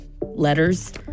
letters